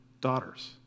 daughters